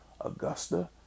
Augusta